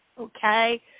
okay